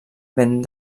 ben